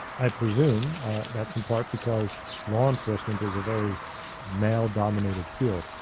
i presume that's in part because law enforcement is a very male dominated field,